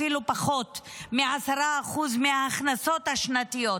אפילו פחות מ-10% מההכנסות השנתיות.